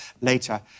later